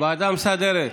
ועדה מסדרת,